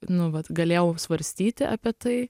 nu vat galėjau svarstyti apie tai